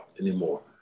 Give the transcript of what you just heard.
anymore